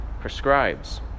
prescribes